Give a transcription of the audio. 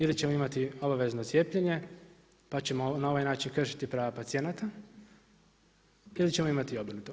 Ili ćemo imati obavezno cijepljenje, pa ćemo na ovaj način kršiti prava pacijenata ili ćemo imati oboje.